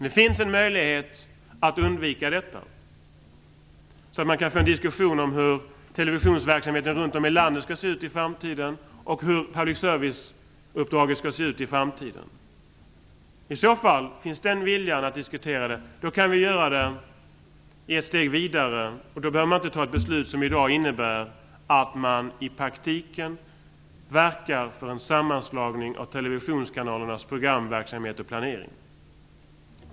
Det finns en möjlighet att undvika detta, så att man kan få en diskussion om hur televisionsverksamheten och public service-uppdraget runt om i landet skall se ut i framtiden. I så fall, om det finns en vilja att diskutera den saken kan vi göra det och sedan gå ett steg vidare. Då behöver man inte fatta ett beslut som i dag innebär att man i praktiken verkar för en sammanslagning av televisionskanalernas programverksamhet och planering.